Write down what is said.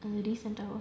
recent eh வா:vaa